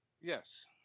Yes